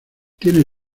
tiene